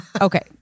Okay